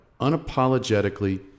Unapologetically